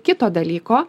kito dalyko